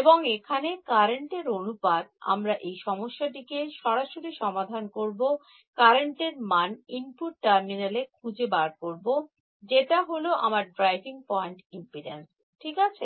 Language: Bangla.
এবং এখানে কারেন্টের অনুপাত আমরা এই সমস্যাটিকে সরাসরি সমাধান করব কারেন্টের মান ইনপুট টার্মিনালে খুঁজে বার করব যেটা হলো আমার ড্রাইভিং পয়েন্ট ইম্পিডেন্স ঠিক আছে